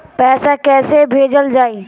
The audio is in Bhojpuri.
पैसा कैसे भेजल जाइ?